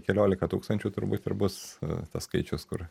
keliolika tūkstančių turbūt ir bus tas skaičius kur